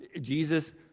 Jesus